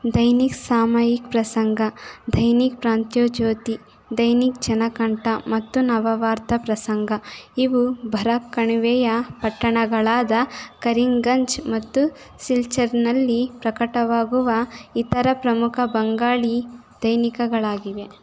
ದೈನಿಕ್ ಸಾಮಯಿಕ್ ಪ್ರಸಂಗ ದೈನಿಕ್ ಪ್ರಾಂತೋಜ್ಯೋತಿ ದೈನಿಕ್ ಜನಕಂಠ ಮತ್ತು ನವವಾರ್ತಾ ಪ್ರಸಂಗ ಇವು ಬರಾಕ್ ಕಣಿವೆಯ ಪಟ್ಟಣಗಳಾದ ಕರೀಂಗಂಜ್ ಮತ್ತು ಸಿಲ್ಚರ್ನಲ್ಲಿ ಪ್ರಕಟವಾಗುವ ಇತರ ಪ್ರಮುಖ ಬಂಗಾಳಿ ದೈನಿಕಗಳಾಗಿವೆ